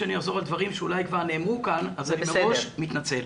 שאולי כבר נאמרו כאן, אז אני מראש מתנצל.